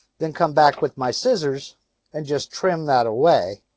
then come back with my scissors and just trim that away.